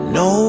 no